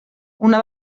una